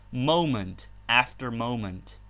moment after moment.